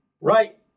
right